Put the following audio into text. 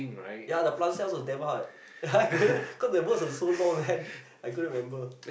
ya the plant cells was damn hard like the cause the words was so long then I couldn't remember